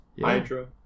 hydra